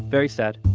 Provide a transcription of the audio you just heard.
very sad.